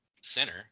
center